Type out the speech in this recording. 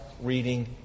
reading